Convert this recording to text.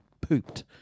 pooped